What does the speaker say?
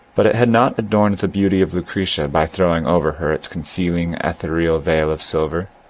but it had not adorned the beauty of lucretia by throwing over her its concealing ethereal veil of silver.